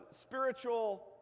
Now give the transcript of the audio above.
spiritual